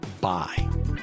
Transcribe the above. Bye